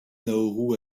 nauru